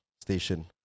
station